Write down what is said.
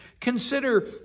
Consider